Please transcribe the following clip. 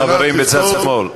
חברים בצד שמאל,